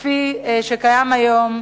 כפי שקיים היום,